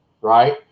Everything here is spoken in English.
right